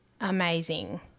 amazing